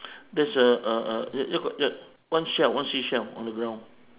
there's a a a ja~ jat go jat one shell one seashell on the ground